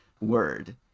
word